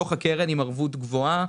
בתוך הקרן, עם ערבות גבוהה.